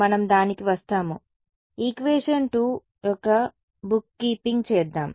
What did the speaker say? మనం దానికి వస్తాము ఈక్వేషన్ 2 యొక్క బుక్ కీపింగ్ చేద్దాం